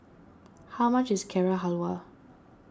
how much is Carrot Halwa